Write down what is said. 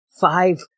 five